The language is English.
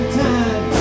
time